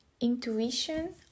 intuition